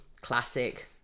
classic